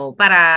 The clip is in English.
para